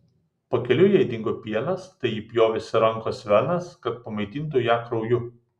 pakeliui jai dingo pienas tai ji pjovėsi rankos venas kad pamaitintų ją krauju